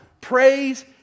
Praise